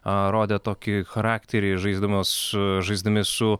rodė tokį charakterį žaisdamos žaisdami su